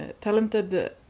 talented